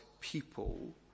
people